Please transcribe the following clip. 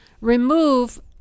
remove